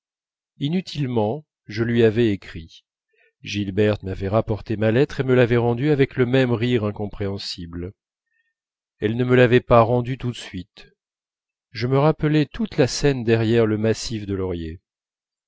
inutilement je lui avais écrit gilberte m'avait rapporté ma lettre et me l'avait rendue avec le même rire incompréhensible elle ne me l'avait pas rendue tout de suite je me rappelai toute la scène derrière le massif de lauriers